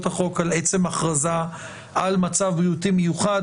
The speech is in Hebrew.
החוק על עצם ההכרזה על מצב בריאותי מיוחד.